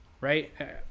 right